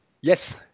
Yes